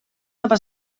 nova